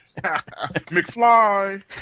McFly